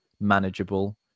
manageable